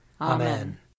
Amen